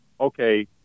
okay